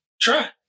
try